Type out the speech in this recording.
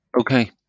Okay